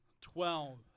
twelve